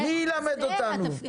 מי ילמד אותנו?